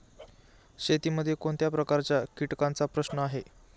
शेतीमध्ये कोणत्या प्रकारच्या कीटकांचा प्रश्न आहे?